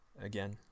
again